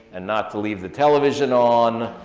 and not to leave the television on.